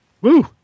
Woo